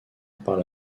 par